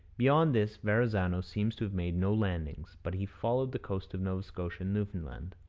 beyond this verrazano seems to have made no landings, but he followed the coast of nova scotia and newfoundland.